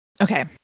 Okay